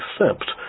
accept